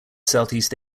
southeast